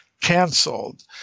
canceled